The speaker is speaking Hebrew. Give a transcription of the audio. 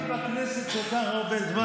לא הייתי בכנסת כל כך הרבה זמן.